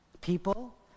people